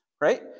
Right